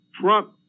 Trump